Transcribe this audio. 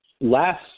last